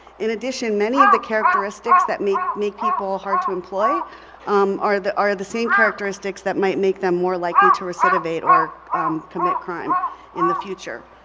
in addition, many of the characteristics that make make people hard to employ are the are the same characteristics that might make them more likely to recidivate or commit crime in the future.